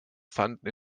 fanden